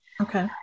Okay